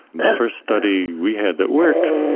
the first study we had that worked,